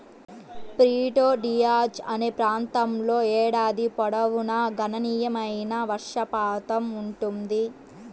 Prieto Diaz అనే ప్రాంతంలో ఏడాది పొడవునా గణనీయమైన వర్షపాతం ఉంటుంది